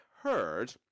heard